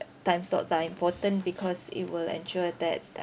time slots are important because it will ensure that